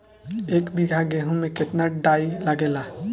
एक बीगहा गेहूं में केतना डाई लागेला?